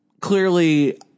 Clearly